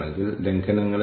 അതിനാൽ അതെല്ലാം